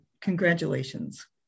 congratulations